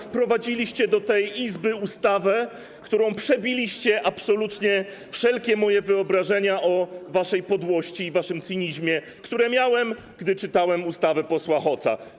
Wprowadziliście do tej Izby ustawę, którą przebiliście absolutnie wszelkie moje wyobrażenia o waszej podłości i waszym cynizmie, które miałem, gdy czytałem ustawę posła Hoca.